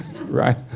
Right